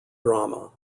drama